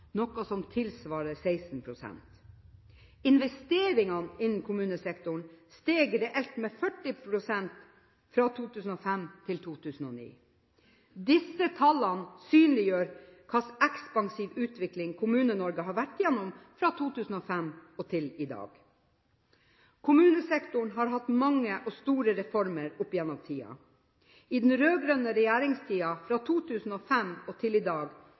noe som tilsvarer 16 pst. Investeringene innen kommunesektoren steg reelt med 40 pst. fra 2005 til 2009. Disse tallene synliggjør hvilken ekspansiv utvikling Kommune-Norge har vært gjennom fra 2005 og til i dag. Kommunesektoren har hatt mange og store reformer opp gjennom tidene. I den rød-grønne regjeringstiden, fra 2005 og til i dag,